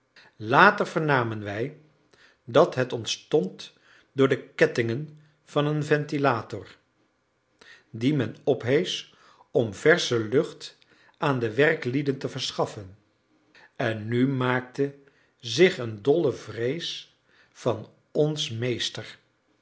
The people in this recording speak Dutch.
schrijven later vernamen wij dat het ontstond door de kettingen van een ventilator dien men opheesch om versche lucht aan de werklieden te verschaffen en nu maakte zich een dolle vrees van ons meester